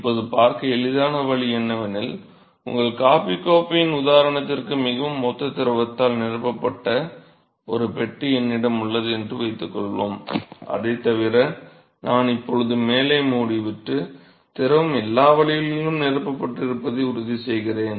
இப்போது பார்க்க எளிதான வழி என்னவெனில் உங்கள் காபி கோப்பையின் உதாரணத்திற்கு மிகவும் ஒத்த திரவத்தால் நிரப்பப்பட்ட ஒரு பெட்டி என்னிடம் உள்ளது என்று வைத்துக்கொள்வோம் அதைத் தவிர நான் இப்போது மேலே மூடிவிட்டு திரவம் எல்லா வழிகளிலும் நிரப்பப்பட்டிருப்பதை உறுதிசெய்கிறேன்